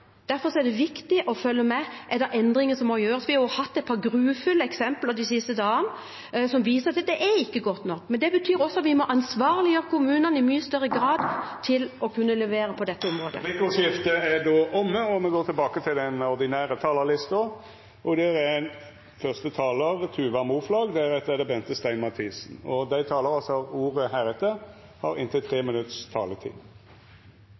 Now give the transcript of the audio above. endringer som må gjøres. Vi har jo hatt et par grufulle eksempler de siste dagene som viser at det ikke er godt nok. Men det betyr også at vi må ansvarliggjøre kommunene i mye større grad når det gjelder å kunne levere på dette området. Replikkordskiftet er omme. Dei talarane som heretter får ordet, har ei taletid på inntil 3 minutt. Hovedfunnene i rapporten er allerede referert fra talerstolen. Oppsummeringen er alvorlig. Det